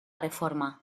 reforma